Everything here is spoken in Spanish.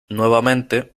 nuevamente